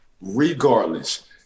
regardless